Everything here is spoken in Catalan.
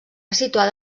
situada